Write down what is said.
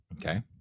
Okay